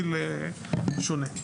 גיל שונה.